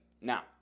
Now